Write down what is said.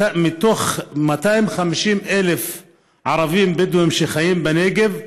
מתוך 250,000 ערבים בדואים שחיים בנגב,